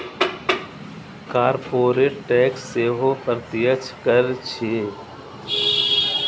corporate tax सेहो प्रत्यक्ष कर छियै